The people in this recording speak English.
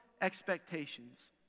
expectations